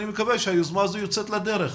אני מקווה שהיוזמה הזאת יוצאת לדרך.